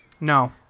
No